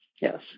yes